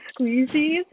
Squeezies